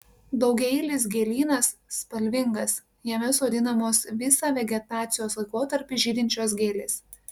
daugiaeilis gėlynas spalvingas jame sodinamos visą vegetacijos laikotarpį žydinčios gėlės